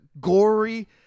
gory